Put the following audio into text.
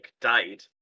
died